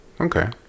okay